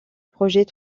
projet